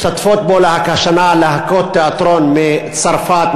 משתתפות בו השנה להקות תיאטרון מצרפת,